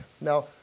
Now